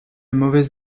mauvaise